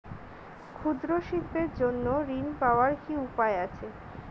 ক্ষুদ্র শিল্পের জন্য ঋণ পাওয়ার কি উপায় আছে?